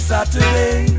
Saturday